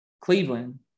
Cleveland